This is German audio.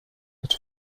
hat